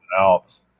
else